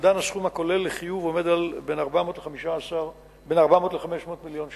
3. אומדן הסכום הכולל לחיוב עומד על 400 500 מיליון ש"ח.